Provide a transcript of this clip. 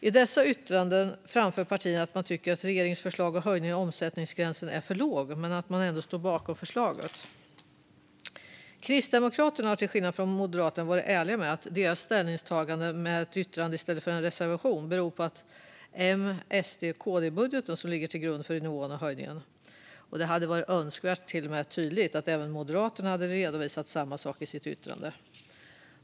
I dessa yttranden framför partierna att man tycker att regeringens föreslagna höjning av omsättningsgränsen är för låg men att man ändå står bakom förslaget. Kristdemokraterna har till skillnad från Moderaterna varit ärliga med att deras ställningstagande med ett yttrande i stället för en reservation beror på att det är M-SD-KD-budgeten som ligger till grund för nivån på höjningen. Det hade varit önskvärt att Moderaterna tydligt redovisat samma sak i sitt yttrande.